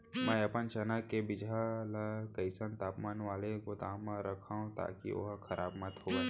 मैं अपन चना के बीजहा ल कइसन तापमान वाले गोदाम म रखव ताकि ओहा खराब मत होवय?